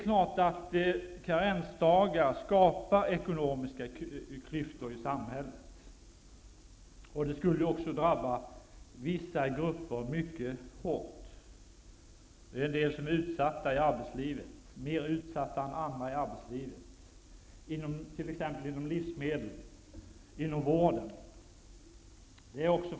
Karensdagar skapar ekonomiska klyftor i samhället. Det skulle också drabba vissa grupper mycket hårt. Det gäller dem som är mer utsatta än andra i arbetslivet, t.ex. i livsmedelsbranschen och inom vården.